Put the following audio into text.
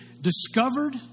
discovered